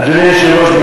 אדוני היושב-ראש,